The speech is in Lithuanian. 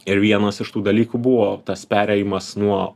ir vienas iš tų dalykų buvo tas perėjimas nuo